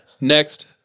Next